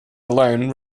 alone